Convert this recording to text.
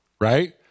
right